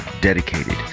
dedicated